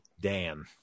dan